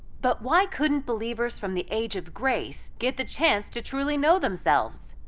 but why couldn't believers from the age of grace get the chance to truly know themselves?